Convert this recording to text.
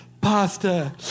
Pasta